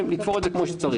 לתפור את זה כפי שצריך.